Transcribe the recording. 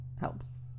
helps